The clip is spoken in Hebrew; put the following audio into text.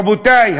רבותי,